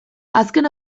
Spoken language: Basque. azken